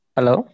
Hello